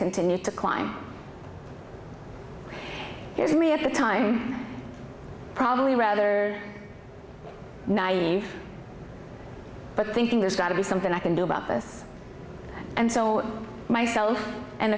continued to climb it was me at the time probably rather naive but thinking there's got to be something i can do about this and so myself and